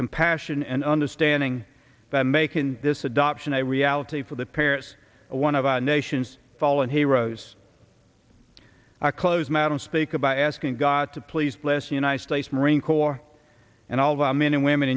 compassion and understanding that making this adoption a reality for the parents of one of our new sions fallen heroes are close madam speaker by asking god to please bless the united states marine corps and all of our men and women